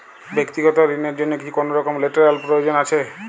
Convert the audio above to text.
ব্যাক্তিগত ঋণ র জন্য কি কোনরকম লেটেরাল প্রয়োজন আছে?